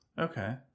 Okay